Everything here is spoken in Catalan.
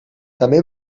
també